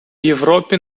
європі